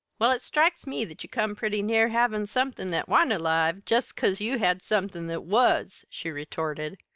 well, it strikes me that you come pretty near havin' somethin' that wa'n't alive jest cause you had somethin that was! she retorted.